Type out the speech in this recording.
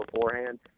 beforehand